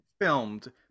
filmed